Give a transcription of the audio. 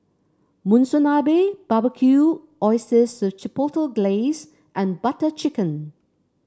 Monsunabe Barbecued Oysters Chipotle Glaze and Butter Chicken